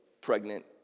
pregnant